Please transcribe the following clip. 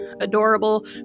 adorable